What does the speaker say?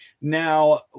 Now